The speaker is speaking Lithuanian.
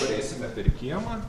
pereisime per kiemą